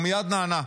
הוא מייד נענה.